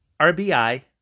RBI